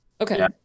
Okay